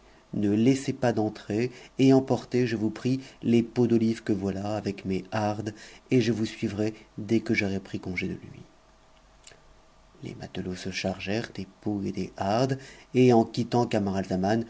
ne a ssm pas d'entrer et emportez je vous prie les pots d'olives que voi mes hardcs ft je vous suivrai dès que j'aurai pris congé de lui l es matelots se chargèrent des pots et des hardes et en quittant